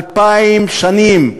אלפיים שנים.